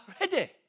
ready